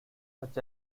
such